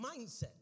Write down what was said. mindset